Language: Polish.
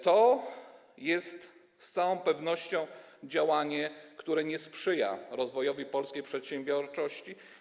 To jest z całą pewnością działanie, które nie sprzyja rozwojowi polskiej przedsiębiorczości.